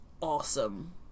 awesome